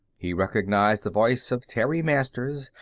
he recognized the voice of terry masters,